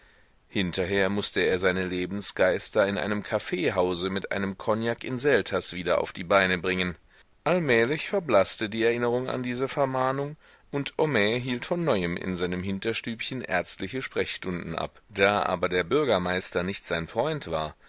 hinterher mußte er seine lebensgeister in einem kaffeehause mit einem kognak in selters wieder auf die beine bringen allmählich verblaßte die erinnerung an diese vermahnung und homais hielt von neuem in seinem hinterstübchen ärztliche sprechstunden ab da aber der bürgermeister nicht sein freund war